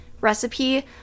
recipe